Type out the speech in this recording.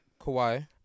Kawhi